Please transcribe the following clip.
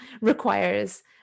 requires